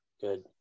Good